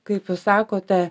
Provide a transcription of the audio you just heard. kaip jūs sakote